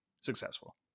successful